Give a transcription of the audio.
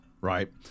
right